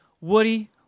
Woody